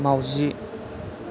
मावजि